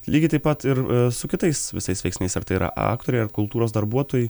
lygiai taip pat ir su kitais visais veiksniais ar tai yra aktoriai ar kultūros darbuotojai